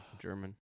German